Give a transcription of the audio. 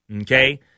okay